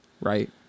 Right